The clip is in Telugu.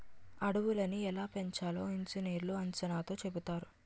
అడవులని ఎలా పెంచాలో ఇంజనీర్లు అంచనాతో చెబుతారు